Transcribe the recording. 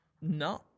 No